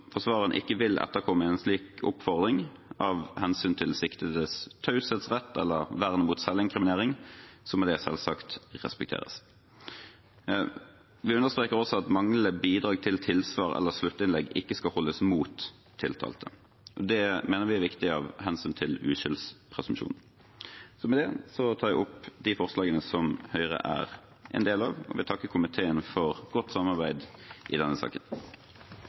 ikke vil etterkomme en slik oppfordring av hensyn til siktedes taushetsrett eller vernet mot selvinkriminering, må det selvsagt respekteres. Vi understreker også at manglende bidrag til tilsvar eller sluttinnlegg ikke skal holdes mot tiltalte. Det mener vi er viktig av hensyn til uskyldspresumpsjonen. Med det tar jeg opp forslagene fra Høyre og vil takke komiteen for et godt samarbeid i denne saken.